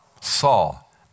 Saul